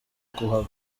kuhava